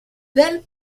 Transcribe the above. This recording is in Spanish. del